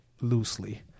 loosely